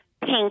pink